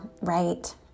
right